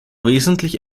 wesentlich